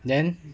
then